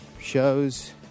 shows